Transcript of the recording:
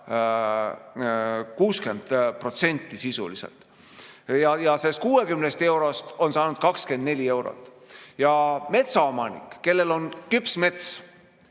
60% sisuliselt. Ja sellest 60 eurost on saanud 24 eurot. Ja metsaomanik, kellel on küps mets,